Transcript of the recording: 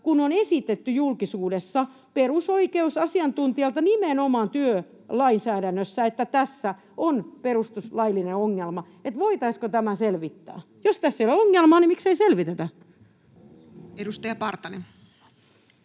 kun julkisuudessa perusoikeusasiantuntija nimenomaan työlainsäädännössä on esittänyt, että tässä on perustuslaillinen ongelma — että voitaisiinko tämä selvittää. Jos tässä ei ole ongelmaa, niin miksei selvitetä? Edustaja Partanen.